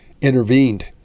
intervened